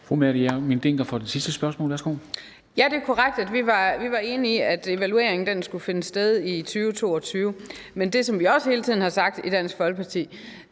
Mette Hjermind Dencker (DF): Ja, det er korrekt, at vi var enige i, at evalueringen skulle finde sted i 2022. Men det, som vi også hele tiden har sagt i Dansk Folkeparti,